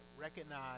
recognize